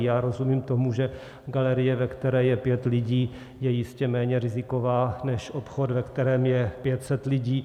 Já rozumím tomu, že galerie, ve které je pět lidí, je jistě méně riziková než obchod, ve kterém je 500 lidí.